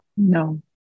No